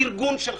ארגון של חיילים,